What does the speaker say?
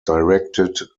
directed